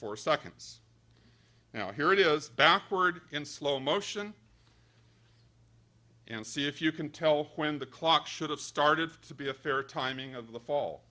four seconds now here it is backward in slow motion and see if you can tell when the clock should have started to be a fair timing of the fall